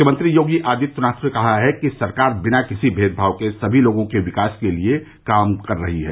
मुख्यमंत्री योगी आदित्यनाथ ने कहा कि सरकार बिना किसी भेदभाव के सभी लोगों के विकास के लिये कार्य कर रही है